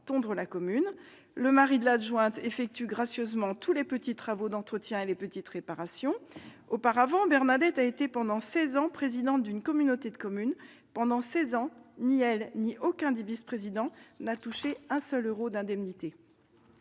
de la mairie. Le mari de l'adjointe effectue gracieusement tous les petits travaux d'entretien et les petites réparations. Auparavant, Bernadette a été, pendant seize ans, présidente d'une communauté de communes. Pendant seize ans, ni elle ni aucun des vice-présidents n'a touché un seul euro d'indemnités.